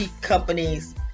companies